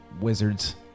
wizards